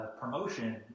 Promotion